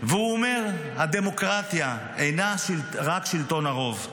והוא אומר: הדמוקרטיה אינה רק שלטון הרוב,